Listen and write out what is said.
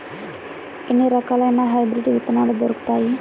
ఎన్ని రకాలయిన హైబ్రిడ్ విత్తనాలు దొరుకుతాయి?